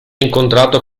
incontrato